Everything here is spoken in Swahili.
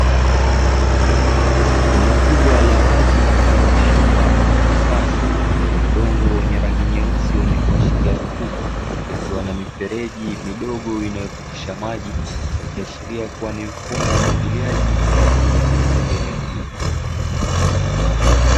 Eneo kubwa la wazi mfano wa shamba ama bustani, lenye udongo wenye rangi nyeusi wenye kuashiria rutuba, likiwa na mifereji midogo inayopitisha maji, ikashiria kuwa ni mfumo wa umwagiliaji unaotumika katika eneo hilo.